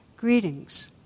Greetings